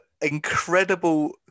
incredible